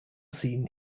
seen